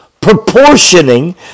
proportioning